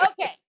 Okay